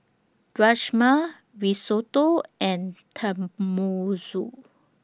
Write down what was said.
Rajma Risotto and Tenmusu